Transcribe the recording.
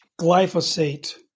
glyphosate